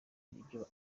ibyo